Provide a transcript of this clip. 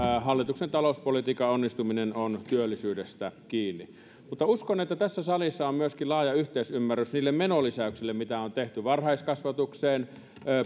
hallituksen talouspolitiikan onnistuminen on työllisyydestä kiinni mutta uskon että tässä salissa on myöskin laaja yhteisymmärrys niistä menolisäyksistä mitä on tehty varhaiskasvatukseen